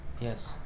Yes